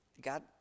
God